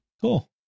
Cool